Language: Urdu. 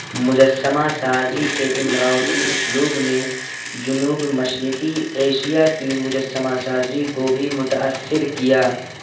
مجسمہ سازی کے امراوتی اسلوب نے جنوب مشرقی ایشیا کی مجسمہ سازی کو بھی متاثر کیا